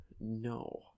No